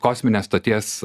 kosminės stoties